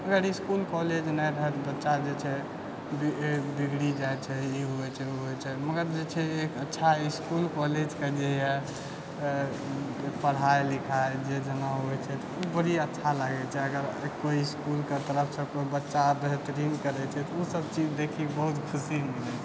अगर school college नहि रहल तऽ बच्चा जे छै बिगड़ी जाइ छै ई होइ छै उ होइ छै मगर जे छै एक अच्छा इसकुल कॉलेज के जे यऽ पढ़ाइ लिखाइ जे जेना होइ छै तऽ उ बड़ी अच्छा लागै छै अगर कोइ इसकुलके तरफसँ कोइ बच्चा बेहतरीन करै छै तऽ उ सब चीज देखी कऽ बहुत खुशी मिलै छै